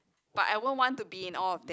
but I won't want to be in all of them